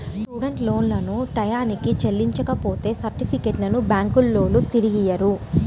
student లోన్లను టైయ్యానికి చెల్లించపోతే సర్టిఫికెట్లను బ్యాంకులోల్లు తిరిగియ్యరు